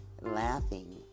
laughing